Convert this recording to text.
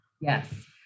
Yes